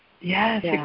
yes